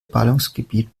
ballungsgebiet